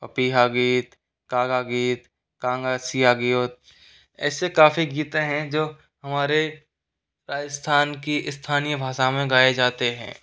पपिहा गीत कागा गीत कांगासियो गीत ऐसे काफ़ी गीत हैं जो हमारे राजस्थान की स्थानीय भाषा में गाए जाते हैं